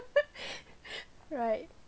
right